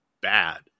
bad